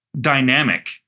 dynamic